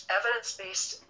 evidence-based